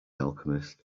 alchemist